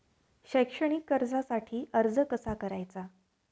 शैक्षणिक कर्जासाठी अर्ज कसा करायचा?